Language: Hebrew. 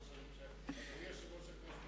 אדוני היושב-ראש.